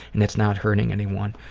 and it's not hurting anyone.